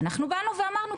אנחנו באנו ואמרנו,